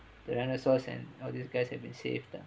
the dinosaurs and all these guys have been saved that